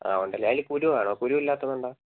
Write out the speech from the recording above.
ആ ഉണ്ടല്ലേ അതിൽ കുരു കാണുമോ കുരു ഇല്ലാത്തത് ഉണ്ടോ